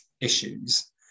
issues